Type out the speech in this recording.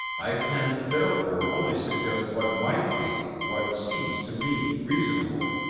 i can, therefore, only suggest what might be, what seems to me reasonable.